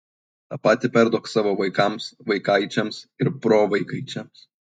tą patį perduok savo vaikams vaikaičiams ir provaikaičiams